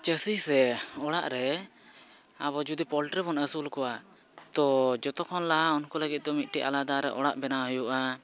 ᱪᱟᱹᱥᱤ ᱥᱮ ᱚᱲᱟᱜ ᱨᱮ ᱟᱵᱚ ᱡᱩᱫᱤ ᱯᱚᱞᱴᱨᱤ ᱵᱚᱱ ᱟᱹᱥᱩᱞ ᱠᱚᱣᱟ ᱛᱳ ᱡᱚᱛᱚᱠᱷᱚᱱ ᱞᱟᱦᱟ ᱩᱱᱠᱩ ᱞᱟᱹᱜᱤᱫ ᱫᱚ ᱢᱤᱫᱴᱮᱱ ᱟᱞᱟᱫᱟ ᱨᱮ ᱚᱲᱟᱜ ᱵᱮᱱᱟᱣ ᱦᱩᱭᱩᱜᱼᱟ